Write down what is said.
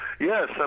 Yes